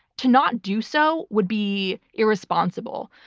to not do so would be irresponsible.